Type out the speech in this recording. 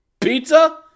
Pizza